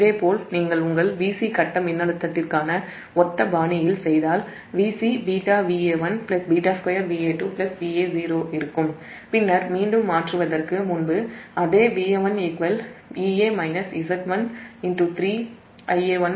இதேபோல் உங்கள் VC கட்ட மின்னழுத்தத் திற்கான ஒத்த பாணியில் செய்தால் Vc𝜷Va1𝜷2Va2 Va0 இருக்கும் பின்னர் மீண்டும் மாற்றுவதற்கு முன்பு அதே Va1Ea- Z1 3 Ia13 Ia3